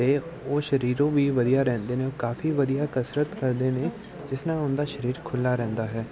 ਅਤੇ ਉਹ ਸਰੀਰੋਂ ਵੀ ਵਧੀਆ ਰਹਿੰਦੇ ਨੇ ਕਾਫੀ ਵਧੀਆ ਕਸਰਤ ਕਰਦੇ ਨੇ ਜਿਸ ਨਾਲ ਉਹਨਾਂ ਦਾ ਸਰੀਰ ਖੁੱਲ੍ਹਾ ਰਹਿੰਦਾ ਹੈ